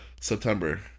September